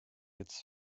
its